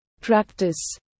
practice